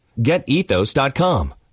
GetEthos.com